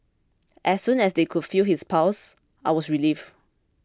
as soon as they could feel his pulse I was relieved